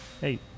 Hey